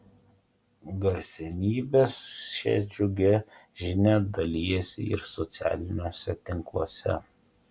garsenybės šia džiugia žinia dalijasi ir socialiniuose tinkluose